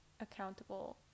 accountable